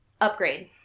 Upgrade